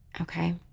Okay